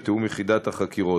בתיאום יחידת החקירות.